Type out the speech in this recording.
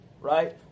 right